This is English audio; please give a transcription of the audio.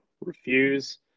refuse